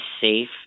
safe